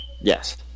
yes